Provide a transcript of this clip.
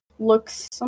looks